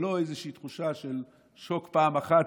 ולא איזושהי תחושה של שוק פעם אחת,